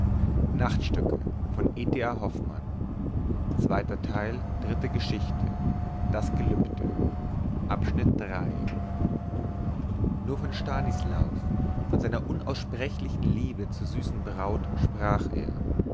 nur von stanislaus von seiner unaussprechlichen liebe zur süßen braut sprach er